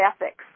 ethics